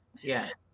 yes